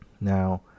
Now